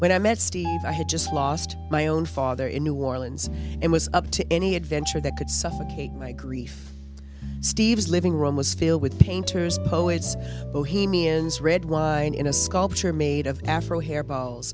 steve i had just lost my own father in new orleans and was up to any adventure that could suffocate my grief steve's living room was filled with painters poets bohemians red wine in a sculpture made of afro hair balls